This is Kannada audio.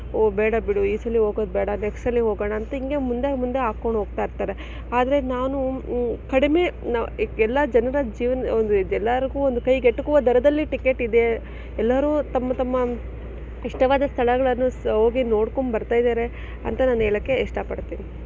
ಓ ಬೇಡ ಬಿಡು ಈ ಸಲ ಹೋಗೋದು ಬೇಡ ನೆಕ್ಸ್ಟ್ ಸಲಿ ಹೋಗೋಣಂತ ಹೀಗೆ ಮುಂದೆ ಮುಂದೆ ಹಾಕೊಂಡು ಹೋಗ್ತಾಯಿರ್ತಾರೆ ಆದರೆ ನಾನು ಕಡಿಮೆ ನಾವು ಈಗ ಎಲ್ಲ ಜನರ ಜೀವನ ಒಂದು ಇದು ಎಲ್ಲರಿಗೂ ಒಂದು ಕೈಗೆಟುಕುವ ದರದಲ್ಲಿ ಟಿಕೇಟ್ ಇದೆ ಎಲ್ಲರೂ ತಮ್ಮ ತಮ್ಮ ಇಷ್ಟವಾದ ಸ್ಥಳಗಳನ್ನು ಸ ಹೋಗಿ ನೋಡ್ಕೊಂಡು ಬರ್ತಾಯಿದ್ದಾರೆ ಅಂತ ನಾನು ಹೇಳೋಕೆ ಇಷ್ಟಪಡ್ತೀನಿ